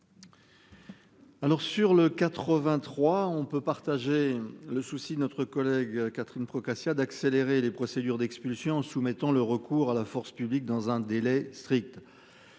Alors sur le 83, on peut partager le souci de notre collègue Catherine Procaccia d'accélérer les procédures d'expulsion en soumettant le recours à la force publique dans un délai strict.